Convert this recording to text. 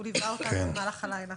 הוא ליווה אותנו במהלך הלילה.